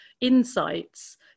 insights